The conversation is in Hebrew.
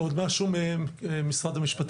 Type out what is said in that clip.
אני לא מבין מה דוחף אתכם.